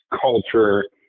culture